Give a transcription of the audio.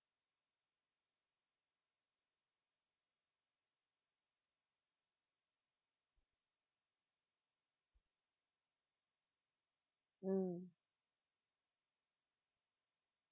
mm